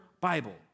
Bible